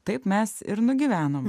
taip mes ir nugyvenom